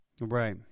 right